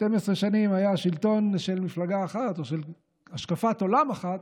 12 שנים היה שלטון של מפלגה אחת או של השקפת עולם אחת,